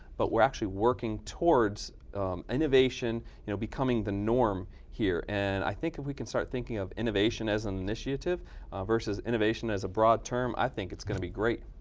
but we're actually working towards innovation, you know, becoming the norm here. and i think if we can start thinking of innovation as an initiative versus innovation as a broad term, i think it's going to be great.